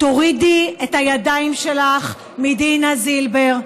תורידי את הידיים שלך מדינה זילבר,